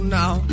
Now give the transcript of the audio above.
now